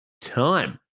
time